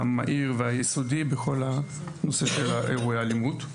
והמהיר והיסודי בכל נושא אירועי האלימות.